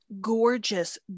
gorgeous